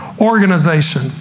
organization